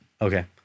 Okay